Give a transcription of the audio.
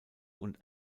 und